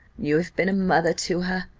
you have been a mother to her.